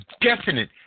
definite